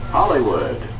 Hollywood